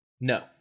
No